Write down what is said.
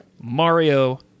Mario